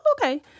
Okay